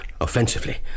offensively